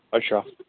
اَچھا